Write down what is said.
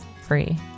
free